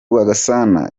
rwagasana